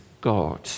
God